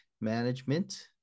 management